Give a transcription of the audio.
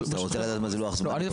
אני רוצה לדעת מה זה לוח זמנים